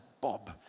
Bob